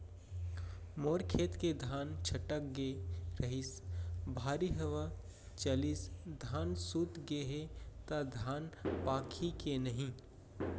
मोर खेत के धान छटक गे रहीस, भारी हवा चलिस, धान सूत गे हे, त धान पाकही के नहीं?